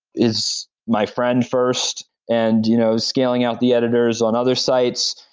is my friend first and you know scaling out the editors on other sites.